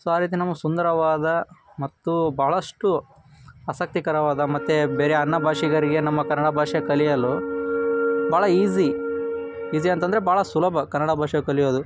so ಆ ರೀತಿ ನಮಗೆ ಸುಂದರವಾದ ಮತ್ತು ಭಾಳಷ್ಟು ಆಸಕ್ತಿಕರವಾದ ಮತ್ತು ಬೇರೆ ಅನ್ಯ ಭಾಷಿಗರಿಗೆ ನಮ್ಮ ಕನ್ನಡ ಭಾಷೆ ಕಲಿಯಲು ಭಾಳ ಈಝಿ ಈಝಿ ಅಂತಂದರೆ ಭಾಳ ಸುಲಭ ಕನ್ನಡ ಭಾಷೆ ಕಲಿಯೋದು